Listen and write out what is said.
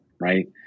right